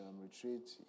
retreat